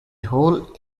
hole